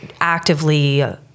actively